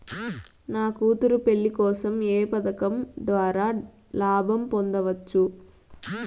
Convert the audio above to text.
నా కూతురు పెళ్లి కోసం ఏ పథకం ద్వారా లాభం పొందవచ్చు?